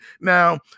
now